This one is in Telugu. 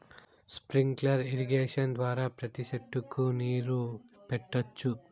స్ప్రింక్లర్ ఇరిగేషన్ ద్వారా ప్రతి సెట్టుకు నీరు పెట్టొచ్చు